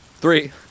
Three